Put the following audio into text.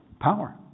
power